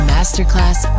Masterclass